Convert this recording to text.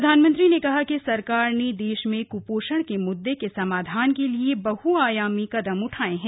प्रधानमंत्री ने कहा कि सरकार ने देश में क्पोषण के मुद्दे के समाधान के लिए बहआयामी कदम उठाये हैं